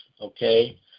okay